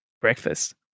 breakfast